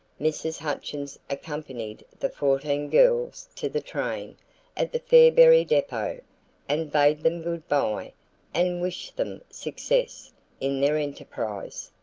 mrs. hutchins accompanied the fourteen girls to the train at the fairberry depot and bade them good-bye and wished them success in their enterprise.